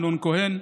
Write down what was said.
אמנון כהן,